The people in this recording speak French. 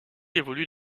évolue